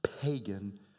pagan